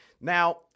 Now